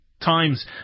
times